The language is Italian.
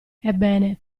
ebbene